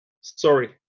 Sorry